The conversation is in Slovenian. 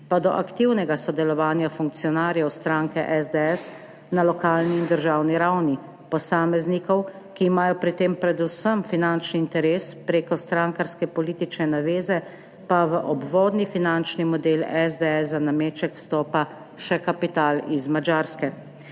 pa do aktivnega sodelovanja funkcionarjev stranke SDS na lokalni in državni ravni, posameznikov, ki imajo pri tem predvsem finančni interes, prek strankarske politične naveze pa v obvodni finančni model SDS za nameček vstopa še kapital iz Madžarske.